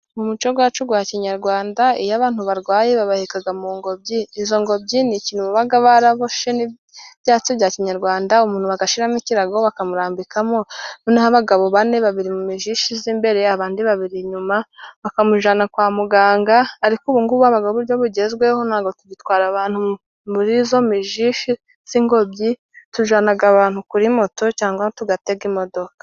Mu muco Wacu wa kinyarwanda iyo abantu barwaye babahekaga mu ngobyi. Izo ngobyi ni ikintu babaga baraboshye n'ibyatsi bya kinyarwanda bagashiramo ikirago bakamurambikamo, abagabo bane babiri mu mijyishi y'imbere, abandi babiri inyuma, bakamujyana kwa muganga. Ariko ubungubu uburyo bugezweho ntabwo bagitwara abantu muri iyo mijishi y'ingobyi, tujyana abantu kuri moto cyangwa tugatega imodoka.